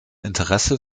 interesse